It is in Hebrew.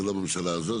זה לא בממשלה הזאת,